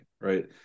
right